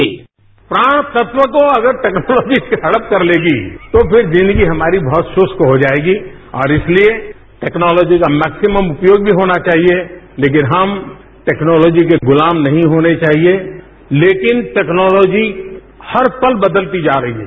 sound bite प्राण तत्वों को अगर टेक्नोलॉजी हड़प कर लेगी तो फिर जिंदगी हमारी बहत सुस्त हो जाएगी और इसलिए टेक्नोलॉजी का मैक्सिमम उपयोग भी होना चाहिए लेकिन हम टेक्नोलाजी के गुलाम नहीं होने चाहिए लेकिन टेक्नोलाजी हर पल बदलती जा रही है